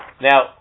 Now